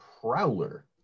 Prowler